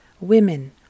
women